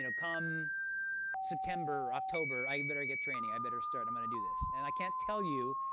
you know come september, october, i'd better get training. i better start. i'm going to do this. and i can't tell you.